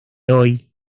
hoy